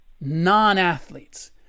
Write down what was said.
non-athletes